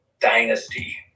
dynasty